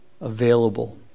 available